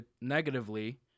negatively